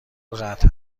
قطع